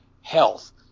health